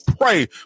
pray